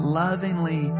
lovingly